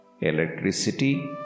electricity